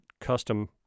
custom